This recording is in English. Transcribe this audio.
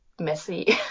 messy